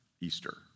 Easter